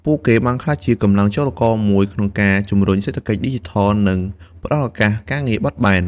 ពួកគេបានក្លាយជាកម្លាំងចលករមួយក្នុងការជំរុញសេដ្ឋកិច្ចឌីជីថល និងផ្តល់ឱកាសការងារបត់បែន។